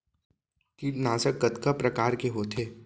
कीटनाशक कतका प्रकार के होथे?